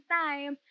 time